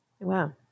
wow